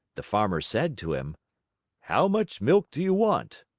the farmer said to him how much milk do you want?